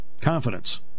confidence